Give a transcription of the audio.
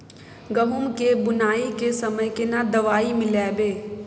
गहूम के बुनाई के समय केना दवाई मिलैबे?